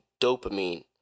dopamine